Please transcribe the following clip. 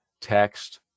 text